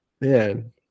man